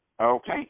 Okay